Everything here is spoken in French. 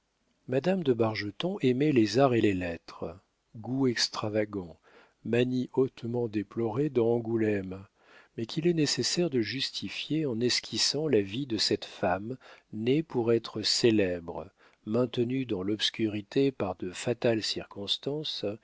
madame de bargeton aimait les arts et les lettres goût extravagant manie hautement déplorée dans angoulême mais qu'il est nécessaire de justifier en esquissant la vie de cette femme née pour être célèbre maintenue dans l'obscurité par de fatales circonstances